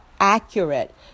accurate